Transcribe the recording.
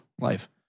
life